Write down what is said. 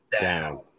down